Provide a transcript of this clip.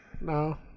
No